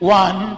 one